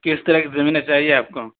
کس طرح کی زمینیں چاہئے آپ کو